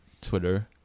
Twitter